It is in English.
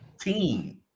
team